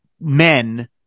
men